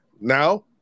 Now